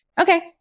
okay